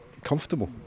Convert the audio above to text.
comfortable